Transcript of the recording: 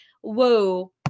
whoa